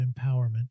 empowerment